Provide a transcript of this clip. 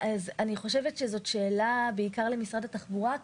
זו שאלה בעיקר למשרד התחבורה.